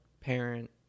parent